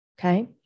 okay